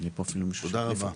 תודה רבה.